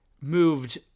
moved